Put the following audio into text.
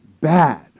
bad